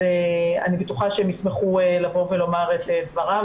אז אני בטוחה שהם ישמחו לבוא ולומר את דברם.